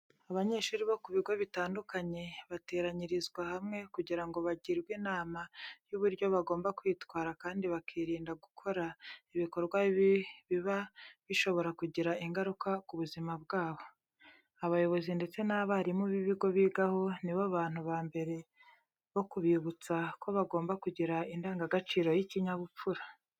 Abanyeshuri bo ku bigo bitandukanye bateranyirizwa hamwe kugira ngo bagirwe inama y'uburyo bagomba kwitwara kandi bakirinda gukora ibikorwa bibi biba bishobora kugira ingaruka ku buzima bwabo. Abayobozi ndetse n'abarimu b'ibigo bigaho ni bo bantu ba mbere bo kubibutsa ko bagomba kugira indangagaciro y'ikinyabupfura.